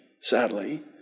sadly